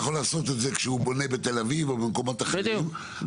הוא בונה בתל אביב או במקומות דומים,